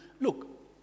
Look